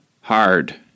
hard